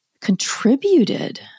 contributed